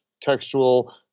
textual